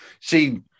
See